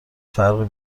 فرقی